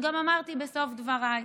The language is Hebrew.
וגם אמרתי בסוף דבריי: